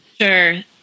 Sure